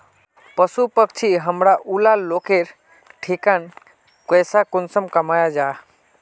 पशु पक्षी हमरा ऊला लोकेर ठिकिन पैसा कुंसम कमाया जा?